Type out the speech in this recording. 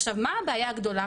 עכשיו מה הבעיה הגדולה?